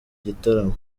gitaramo